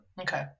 okay